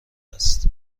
است